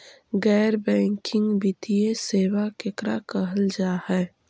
गैर बैंकिंग वित्तीय सेबा केकरा कहल जा है?